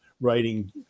writing